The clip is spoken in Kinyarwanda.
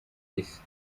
isi